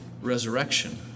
resurrection